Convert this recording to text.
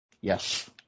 Yes